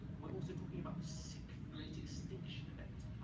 we're also talking about the sixth great extinction event.